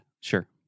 sure